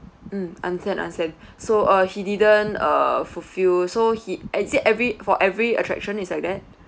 mm understand understand so uh he didn't uh fulfill so he is it every for every attraction is like that